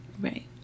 Right